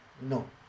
No